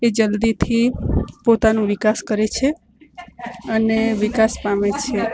એ જલ્દીથી પોતાનું વિકાસ કરે છે અને વિકાસ પામે છે